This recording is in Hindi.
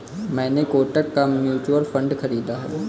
मैंने कोटक का म्यूचुअल फंड खरीदा है